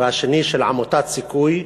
והשני של עמותת "סיכוי",